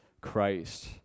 Christ